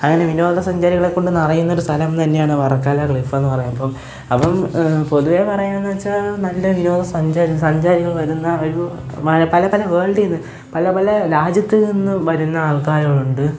അങ്ങനെ വിനോദ സഞ്ചാരികളൊക്കെ ഉണ്ട് നിറയുന്നൊരു സ്ഥലം തന്നെയാണ് വര്ക്കലയുടെ ക്ലിഫ് എന്ന് പറയുമ്പം അപ്പം പൊതുവേ പറയാമെന്ന് വച്ചാല് നല്ല ലോ സഞ്ചാരി സഞ്ചാരികള് വരുന്ന ഒരു മഴ പല പല വേള്ഡിൽ നിന്ന് പല പല രാജ്യത്ത് നിന്ന് വരുന്ന ആള്ക്കാരുണ്ട്